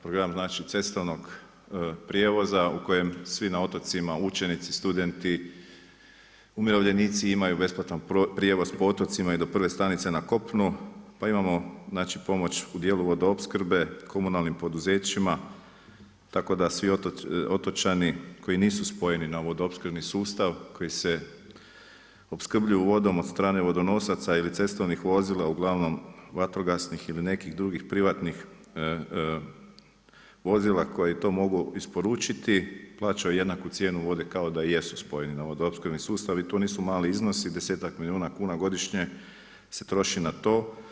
Program cestovnog prijevoza u kojem svi na otocima, učenici, studenti, umirovljenici imaju besplatan prijevoz po otocima i do prve stanice na kopnu pa imamo pomoć u dijelu vodoopskrbe, komunalnim poduzećima, tako da svi otočani koji nisu spojeni na vodoopskrbni sustav, koji se opskrbljuju vodom od strane vodonosaca ili cestovnih vozila uglavnom, vatrogasnih ili nekih drugih privatnih vozila koje to mogu isporučiti, plaćaju jednaku cijenu vode kao da jesu spojeni na vodoopskrbni sustav i tu nisu mali iznosi, desetak milijuna kuna godišnje se troši na to.